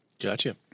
Gotcha